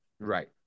right